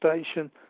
station